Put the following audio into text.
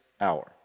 hour